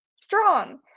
strong